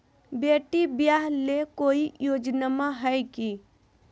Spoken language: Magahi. बेटी ब्याह ले कोई योजनमा हय की?